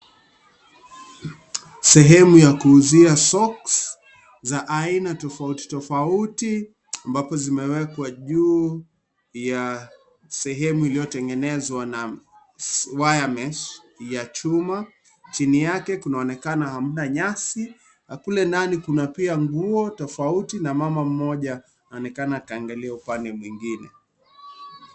Sehemu ya kuuzia (cs)socks(cs) za aina tofauti tofauti ambabo zimewekwa juu ya sehemu iliyotengenezwa na (cs)wiremesh(cs) ya chuma. Chini yake kunaonekana hamna nyasi. Kule ndani kuna pia nguo tofauti na mama mmoja anaonekana kaangalia upange mwingine.